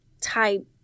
type